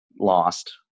lost